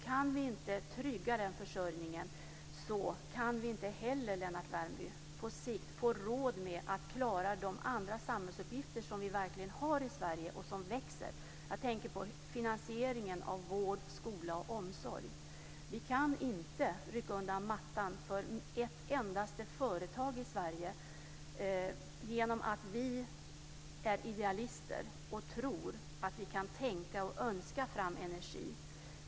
Kan vi inte trygga energiförsörjningen kan vi inte heller, Lennart Värmby, på sikt få råd med att klara de andra samhällsuppgifter som vi verkligen har och som växer. Jag tänker på finansieringen av vård, skola och omsorg. Vi kan inte rycka undan mattan för ett endaste företag i Sverige genom att vi är idealister och tror att vi kan tänka och önska fram energi.